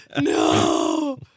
No